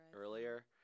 earlier